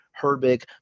Herbig